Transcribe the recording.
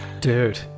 dude